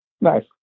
nice